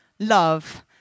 love